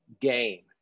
game